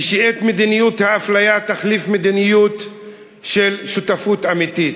ושאת מדיניות האפליה תחליף מדיניות של שותפות אמיתית,